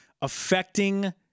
affecting